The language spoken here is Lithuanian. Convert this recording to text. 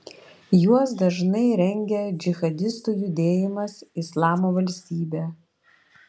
juos dažnai rengia džihadistų judėjimas islamo valstybė